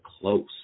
close